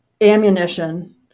ammunition